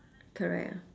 correct ah